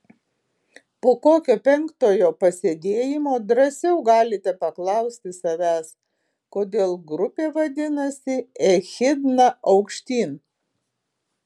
po kokio penktojo pasėdėjimo drąsiau galite paklausti savęs kodėl grupė vadinasi echidna aukštyn